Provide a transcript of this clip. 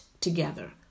together